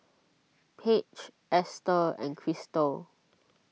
Paige Esther and Cristal